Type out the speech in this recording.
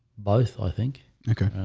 both i think okay,